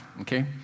okay